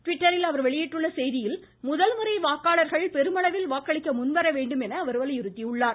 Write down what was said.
டிவிட்டரில் அவர் வெளியிட்டுள்ள செய்தியில் முதல் முறை வாக்காளர்கள் பெருமளவில் வாக்களிக்க முன்வரவேண்டும் என அவர் வலியுறுத்தியுள்ளார்